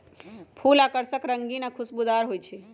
फूल आकर्षक रंगीन आ खुशबूदार हो ईछई